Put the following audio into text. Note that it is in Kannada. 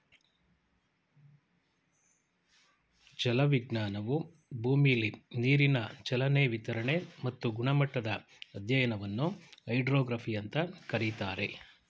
ಜಲವಿಜ್ಞಾನವು ಭೂಮಿಲಿ ನೀರಿನ ಚಲನೆ ವಿತರಣೆ ಮತ್ತು ಗುಣಮಟ್ಟದ ಅಧ್ಯಯನವನ್ನು ಹೈಡ್ರೋಗ್ರಫಿ ಅಂತ ಕರೀತಾರೆ